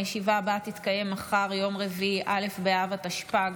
הישיבה הבאה תתקיים מחר, יום רביעי א' באב התשפ"ג,